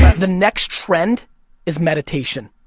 the next trend is meditation.